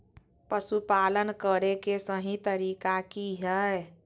पशुपालन करें के सही तरीका की हय?